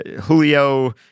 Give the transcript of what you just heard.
Julio